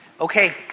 Okay